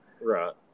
Right